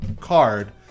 card